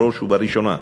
בראש ובראשונה,